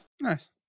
Nice